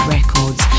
Records